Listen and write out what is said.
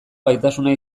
gaitasuna